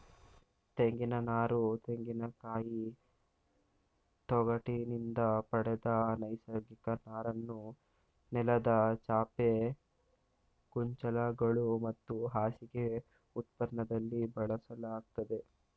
ತೆಂಗಿನನಾರು ತೆಂಗಿನಕಾಯಿ ತೊಗಟಿನಿಂದ ಪಡೆದ ನೈಸರ್ಗಿಕ ನಾರನ್ನು ನೆಲದ ಚಾಪೆ ಕುಂಚಗಳು ಮತ್ತು ಹಾಸಿಗೆ ಉತ್ಪನ್ನದಲ್ಲಿ ಬಳಸಲಾಗ್ತದೆ